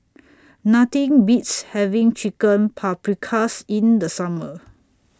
Nothing Beats having Chicken Paprikas in The Summer